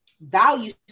value